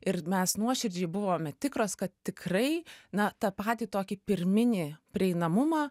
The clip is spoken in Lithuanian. ir mes nuoširdžiai buvome tikros kad tikrai na tą patį tokį pirminį prieinamumą